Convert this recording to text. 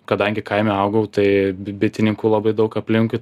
kadangi kaime augau tai bi bitininkų labai daug aplinkui tais